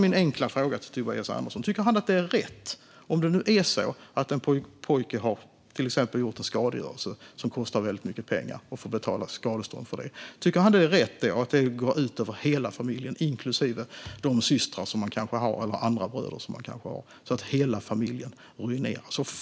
Min enkla fråga till Tobias Andersson är: Om en pojke har gjort sig skyldig till skadegörelse och får betala ett högt skadestånd för det, tycker Tobias Andersson då att det är rätt att det går ut över hela familjen, inklusive de systrar eller bröder som han har, så att hela familjen ruineras?